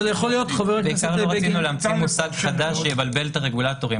אבל בעיקר לא רצינו להמציא מושג שיבלבל את הרגולטורים.